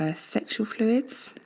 ah sexual fluids